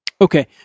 Okay